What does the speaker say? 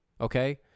okay